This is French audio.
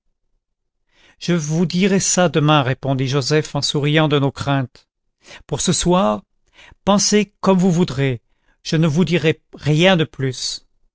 je vous dirai ça demain répondit joseph en souriant de nos craintes pour ce soir pensez comme vous voudrez je ne vous dirai rien de plus